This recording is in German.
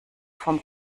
vom